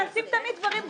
נעשים תמיד דברים גרועים,